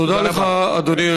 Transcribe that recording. תודה רבה, אדוני השר.